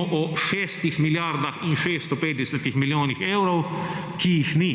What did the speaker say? o šestih milijardah in 650 milijonih evrov, ki jih ni.